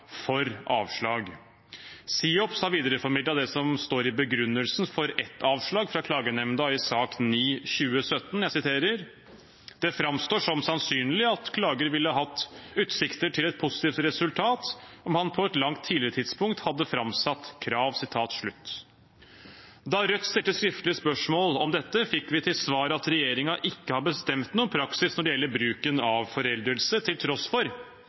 for avslag. SIOPS har videreformidlet det som står i begrunnelsen for et avslag fra klagenemnda i sak 9/2017: «Det fremstår som sannsynlig at klager ville hatt utsikter til et positivt resultat om han på et langt tidligere tidspunkt hadde fremsatt krav.» Da Rødt stilte skriftlig spørsmål om dette, fikk vi til svar at regjeringen ikke har bestemt noen praksis når det gjelder bruken av foreldelse, til tross for